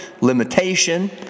limitation